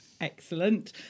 Excellent